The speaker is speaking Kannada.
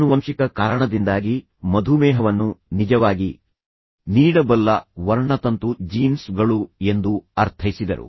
ಆನುವಂಶಿಕ ಕಾರಣದಿಂದಾಗಿ ಮಧುಮೇಹವನ್ನು ನಿಜವಾಗಿ ನೀಡಬಲ್ಲ ವರ್ಣತಂತು ಜೀನ್ಸ್ ಗಳು ಎಂದು ಅರ್ಥೈಸಿದರು